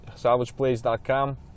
salvageplace.com